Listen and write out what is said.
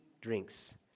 drinks